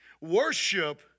Worship